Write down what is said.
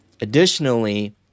Additionally